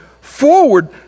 forward